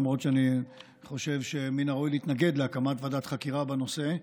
למרות שאני חושב שמן הראוי להתנגד להקמת ועדת חקירה בנושא.